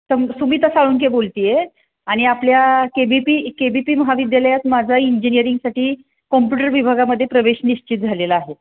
सम सुमिता साळुंके बोलते आहे आणि आपल्या K B P K B P महाविद्यालयात माझा इंजिनिअरिंगसाठी कॉम्प्युटर विभागामध्ये प्रवेश निश्चित झालेला आहे